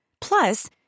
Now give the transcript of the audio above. Plus